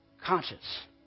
conscious